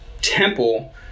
temple